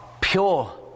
pure